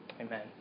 Amen